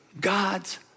God's